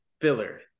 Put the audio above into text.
filler